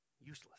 useless